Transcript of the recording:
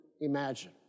imagine